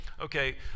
okay